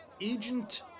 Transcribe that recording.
Agent